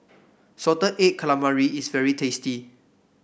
Salted Egg Calamari is very tasty